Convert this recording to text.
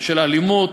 של אלימות,